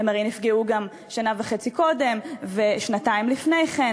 עברו בינתיים בקושי 70 מיליון שקלים.